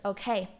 Okay